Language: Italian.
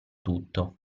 tutto